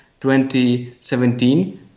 2017